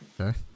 okay